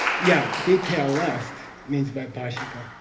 yeah, detailist means vaibhashika,